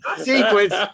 sequence